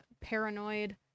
Paranoid